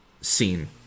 scene